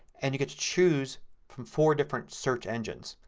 and you get to choose from four different search engines.